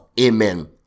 amen